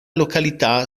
località